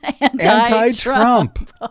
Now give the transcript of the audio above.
anti-Trump